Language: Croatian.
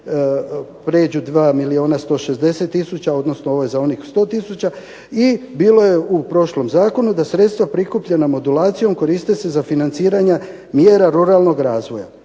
pređu 2 milijuna 160 tisuća, odnosno ovo je za onih 100 tisuća. I bilo je u prošlom zakonu da sredstva prikupljena modulacijom koriste se za financiranje mjera ruralnog razvoja.